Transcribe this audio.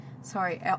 Sorry